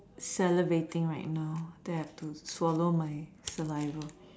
celebrating now don't have to swallow my saliva